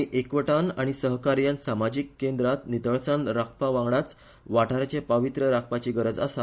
आमी एकवटान आनी सहकार्यान सामाजीक केंद्रांत नितळसाण राखपा वांगडाच वाठाराचे पावित्र्य राखपाची गरज आसा